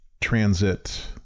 transit